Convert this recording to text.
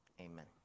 Amen